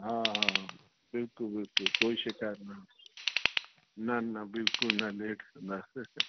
हा हा बिल्कुलु बिल्कुलु कोई शिकायत न न न बिल्कुलु न लेट कंदासीं